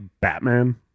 Batman